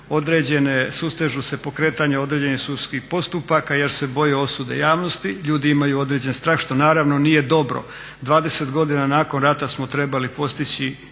određene, sustežu se pokretanja određenih sudskih postupaka jer se boje osude javnosti. Ljudi imaju određeni strah što naravno nije dobro. 20 godina nakon rata smo trebali postići